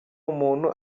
umuntu